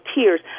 tears